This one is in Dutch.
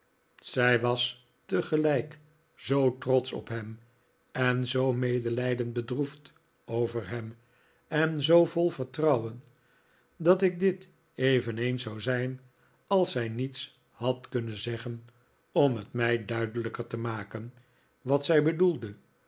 zij was tegelijk zoo trotsch op hem en zoo medelijdend bedroefd over hem en zoo vol vertrouwen dat ik dit eveneens zou zijn dat zij niets had kunnen zeggen om het mij duidelijker te maken wat zij